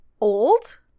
old